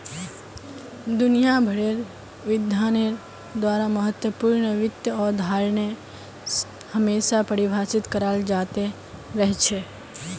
दुनिया भरेर विद्वानेर द्वारा महत्वपूर्ण वित्त अवधारणाएं हमेशा परिभाषित कराल जाते रहल छे